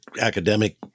academic